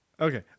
okay